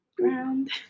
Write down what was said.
Ground